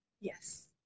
yes